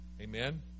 Amen